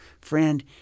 friend